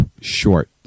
short